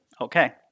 Okay